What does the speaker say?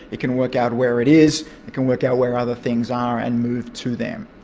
it can work out where it is, it can work out where other things are and move to them.